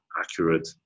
accurate